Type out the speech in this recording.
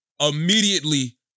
immediately